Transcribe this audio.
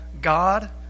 God